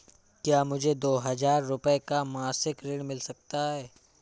क्या मुझे दो हजार रूपए का मासिक ऋण मिल सकता है?